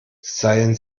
seien